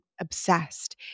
obsessed